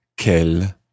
qu'elle